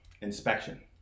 inspection